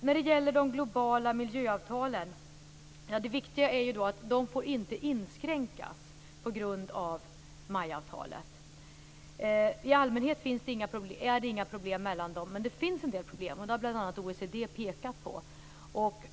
När det gäller de globala miljöavtalen är det viktigt att de inte får inskränkas på grund av MAI avtalet. I allmänhet är det inga problem mellan dem, men det finns problem. Det har OECD påpekat i sin studie.